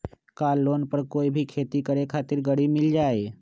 का लोन पर कोई भी खेती करें खातिर गरी मिल जाइ?